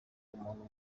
umuntu